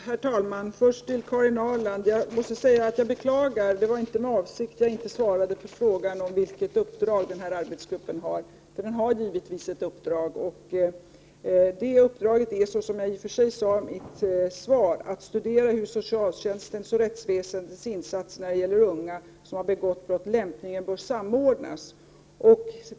Herr talman! Först vill jag säga till Karin Ahrland att jag beklagar att jag inte svarade på frågan om vilket uppdrag arbetsgruppen har — det var inte med avsikt. Arbetsgruppen har givetvis ett uppdrag, och det är — såsom jag i och för sig sade i mitt svar — att studera hur socialtjänstens och rättsväsendets insatser när det gäller unga som har begått brott lämpligen bör samordnas.